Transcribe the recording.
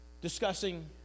discussing